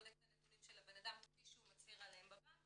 בודק את הנתונים של הבנאדם כפי שהוא מצהיר עליהם בבנק